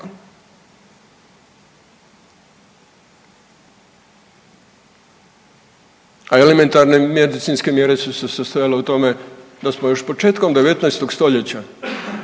a elementarne medicinske mjere su se sastojale u tome da smo još početkom 19. stoljeća,